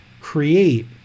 create